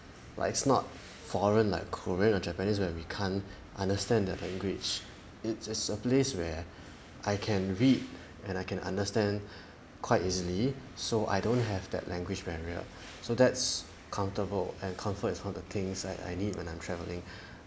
like it's not foreign like korean or japanese where we can't understand that language it is a place where I can read and I can understand quite easily so I don't have that language barrier so that's comfortable and comfort is all the things I I need when I'm travelling